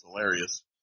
hilarious